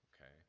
Okay